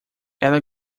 ele